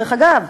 דרך אגב,